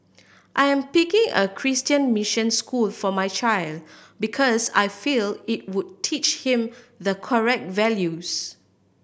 I am picking a Christian mission school for my child because I feel it would teach him the correct values